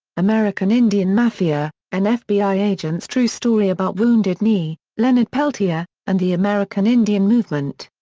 american indian mafia an fbi agent's true story about wounded knee, leonard peltier, and the american indian movement.